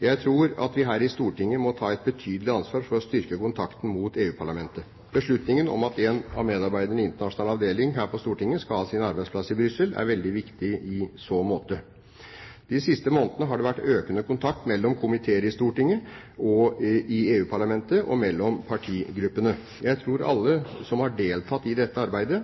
Jeg tror at vi her i Stortinget må ta et betydelig ansvar for å styrke kontakten mot EU-parlamentet. Beslutningen om at en av medarbeiderne i internasjonal avdeling her på Stortinget skal ha sin arbeidsplass i Brussel, er veldig viktig i så måte. De siste månedene har det vært økende kontakt mellom komiteer i Stortinget og i EU-parlamentet og mellom partigruppene. Jeg tror alle som har deltatt i dette arbeidet,